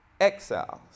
exiles